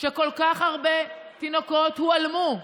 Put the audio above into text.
שכל כך הרבה תינוקות הועלמו.